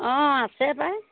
অঁ আছে পাই